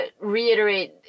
reiterate